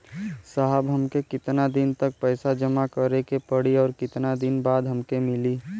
साहब हमके कितना दिन तक पैसा जमा करे के पड़ी और कितना दिन बाद हमके मिली?